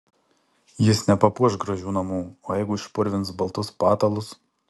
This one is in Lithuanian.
jis nepapuoš gražių namų o jeigu išpurvins baltus patalus